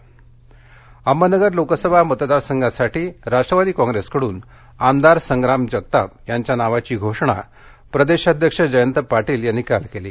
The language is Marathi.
राष्टवादी अहमदनगर लोकसभा मतदारसंघासाठी राष्ट्रवादी काँप्रेसकडून आमदार संग्राम जगताप यांच्या नावाची घोषणा प्रदेशाध्यक्ष जयंत पाटील यांनी काल केली